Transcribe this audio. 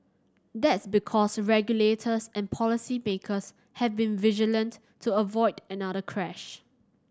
that's because regulators and policy makers have been vigilant to avoid another crash